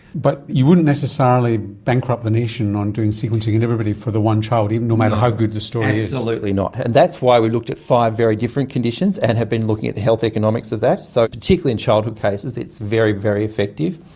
but you wouldn't necessarily bankrupt the nation on doing sequencing on and everybody for the one child, no matter how good the story is. absolutely not, and that's why we looked at five very different conditions and have been looking at the health economics of that. so particularly in childhood cases it's very, very effective.